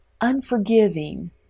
unforgiving